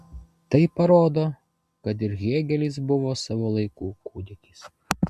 tai parodo kad ir hėgelis buvo savo laikų kūdikis